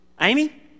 Amy